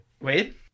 wait